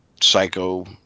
Psycho